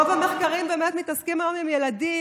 רוב המחקרים באמת מתעסקים היום עם ילדים,